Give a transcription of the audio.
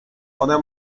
one